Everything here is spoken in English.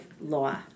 law